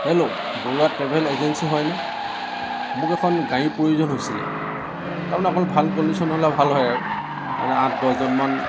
hello Barua travel agency হয়নে মোক এখন গাড়ী প্ৰয়োজন হৈছিলে তাৰমানে অকণ ভাল কণ্ডিছন হ'লে ভাল হয় আৰু তাৰমানে আঠ দহজন মান